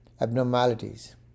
abnormalities